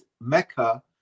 Mecca